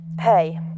Hey